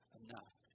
enough